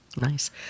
nice